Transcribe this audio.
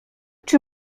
czy